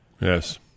Yes